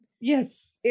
yes